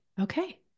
Okay